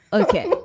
okay.